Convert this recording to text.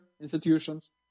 institutions